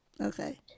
Okay